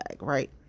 right